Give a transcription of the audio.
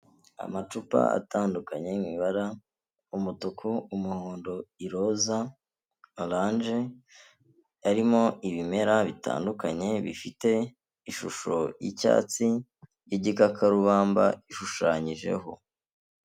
Amacupa atandukanyebara umutuku, umuhondo, iroza oranje. Arimo ibimera bitandukanye bifite ishusho y'icyatsi y'igikakarubamba ishushanyijeho.